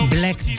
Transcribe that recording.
Black